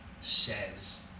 says